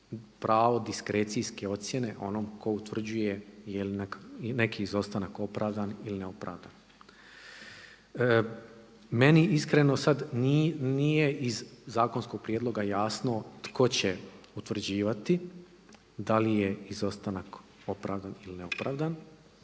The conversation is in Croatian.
pravo diskrecijske ocjene onom ko utvrđuje je li neki izostanak opravdan ili neopravdan. Meni iskreno sad nije iz zakonskog prijedloga jasno tko će utvrđivati da li je izostanak opravdan ili neopravdan